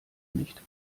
nicht